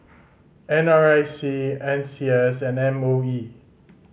N R I C N C S and M O E